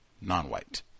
Non-white